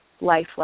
life